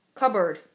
cupboard